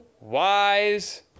wise